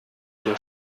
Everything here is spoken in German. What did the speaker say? der